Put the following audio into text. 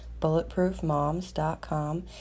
bulletproofmoms.com